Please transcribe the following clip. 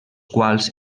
quals